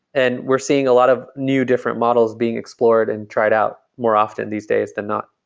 and we're seeing a lot of new different models being explored and tried out more often these days than not.